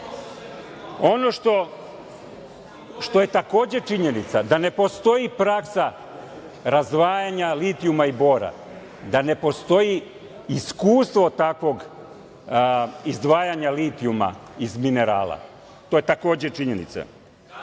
svi. Ono što je takođe činjenica, da ne postoji praksa razdvajanja litijuma i bora, da ne postoji iskustvo takvog izdvajanja litiju iz minerala. To je takođe činjenica. Takođe,